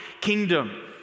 kingdom